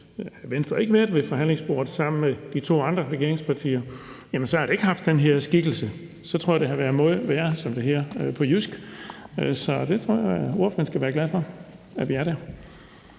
havde Venstre ikke været ved forhandlingsbordet sammen med de to andre regeringspartier, så havde det ikke haft den her skikkelse. Så tror jeg, det havde været møj værre, som det hedder på jysk. Så jeg tror, ordføreren skal være glad for, at vi er der.